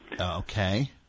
Okay